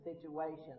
situations